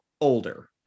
older